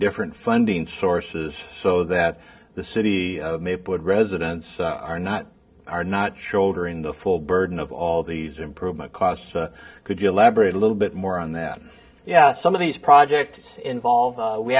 different funding sources so that the city residents are not are not shouldering the full burden of all these improve my costs could you elaborate a little bit more on that some of these projects involve